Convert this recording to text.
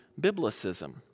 Biblicism